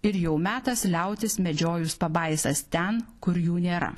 ir jau metas liautis medžiojus pabaisas ten kur jų nėra